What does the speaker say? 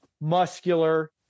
muscular